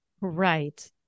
Right